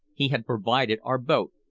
he had provided our boat,